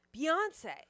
Beyonce